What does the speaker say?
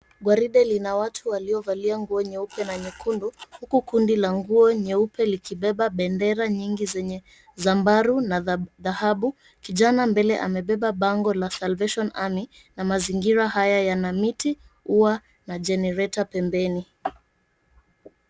Gwaride lina watu waliovalia nguo nyeupe na nyekundu huku kundi la nguo nyeupe likibeba bendera nyingi zenye zambarau na dhahabu. Kijana mbele amebeba bango la Salvation Army na mazingira haya yana miti, ua na generetor pembeni.